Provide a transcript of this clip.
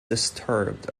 disturbed